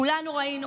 כולנו ראינו,